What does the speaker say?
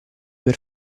per